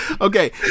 Okay